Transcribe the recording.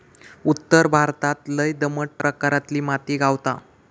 उत्तर भारतात लय दमट प्रकारातली माती गावता